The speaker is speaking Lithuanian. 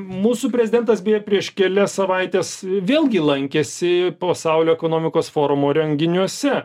mūsų prezidentas beje prieš kelias savaites vėlgi lankėsi pasaulio ekonomikos forumo renginiuose